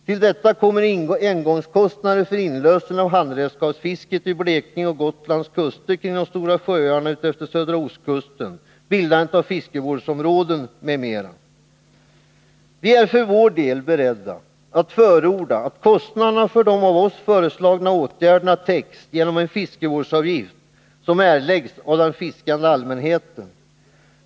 Till detta kommer engångskostnader för inlösen av handredskapsfisket vid Blekinges och Gotlands kuster, kring de stora sjöarna och utefter södra ostkusten, bildandet av fiskevårdsområden m.m. Vi är för vår del beredda att förorda att kostnaderna för de av oss föreslagna åtgärderna täcks genom en fiskevårdsavgift som erläggs av den fiskande allmänheten.